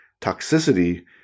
Toxicity